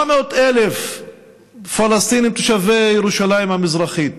400,000 פלסטינים תושבי ירושלים המזרחית,